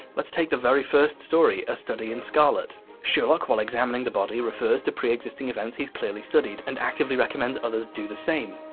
let's take the very first story a study in scarlet sherlock, while examining the body, refers to pre-existing events he's clearly studied and actively recommends others do the same.